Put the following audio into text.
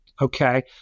okay